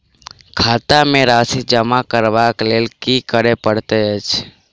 खाता मे राशि जमा करबाक लेल की करै पड़तै अछि?